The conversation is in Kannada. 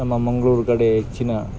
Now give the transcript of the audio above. ನಮ್ಮ ಮಂಗಳುರು ಕಡೆ ಹೆಚ್ಚಿನ